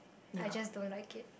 I just don't like it